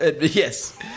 Yes